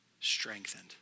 strengthened